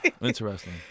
interesting